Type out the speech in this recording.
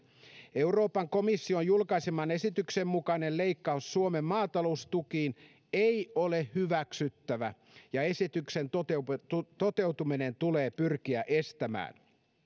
euroopan komission julkaiseman esityksen mukainen leikkaus suomen maataloustukiin ei ole hyväksyttävä ja esityksen toteutuminen tulee pyrkiä estämään